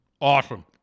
awesome